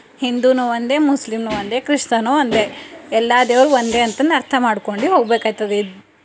ಹಿಂದುನು ಒಂದೇ ಮುಸ್ಲಿಮ್ನು ಒಂದೇ ಕ್ರಿಸ್ತನು ಒಂದೇ ಎಲ್ಲ ದೇವರು ಒಂದೇ ಅಂತ ಅರ್ಥ ಮಾಡ್ಕೊಂಡು ಹೋಗಬೇಕಾಯ್ತದೆ